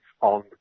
on